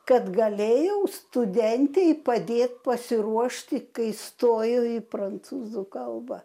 kad galėjau studentei padėt pasiruošti kai stojo į prancūzų kalbą